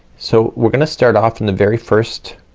so we're gonna start off in the very first